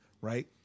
right